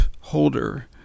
holder